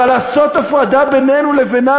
אבל לעשות הפרדה בינינו לבינם,